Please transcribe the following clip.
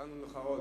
נתנו לך עוד.